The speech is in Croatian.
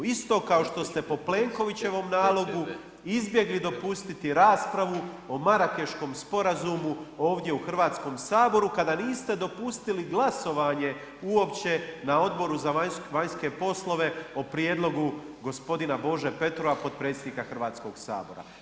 Isto kao što ste po Plenkovićevom nalogu izbjegli dopustiti raspravu o Marakeškom sporazumu ovdje u Hrvatskom saboru kada niste dopustili glasovanje uopće na Odboru za vanjske poslove o prijedlogu gospodina Bože Petrova potpredsjednika hrvatskog sabora.